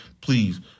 please